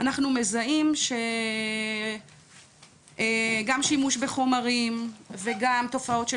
אנחנו מזהים שגם שימוש בחומרים וגם תופעות של